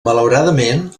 malauradament